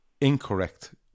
Incorrect